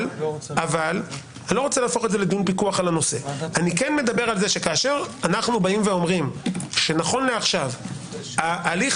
אני כן מדבר על זה שכשאנחנו אומרים שנכון לעכשיו ההליך